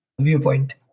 viewpoint